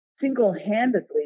single-handedly